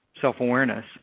self-awareness